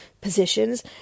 positions